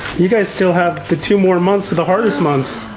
you guys still have the two more months of the hardest months.